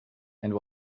and